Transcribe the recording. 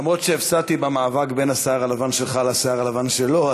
למרות שהפסדתי במאבק בין השיער הלבן שלך לשיער הלבן שלו,